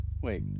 Wait